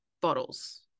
bottles